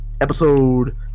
episode